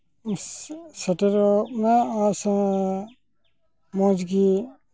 ᱥᱮᱴᱮᱨᱚᱜ ᱢᱮ ᱟᱨ ᱥᱚᱸᱜᱮ ᱢᱚᱡᱽᱜᱤ